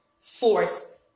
force